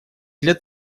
для